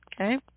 Okay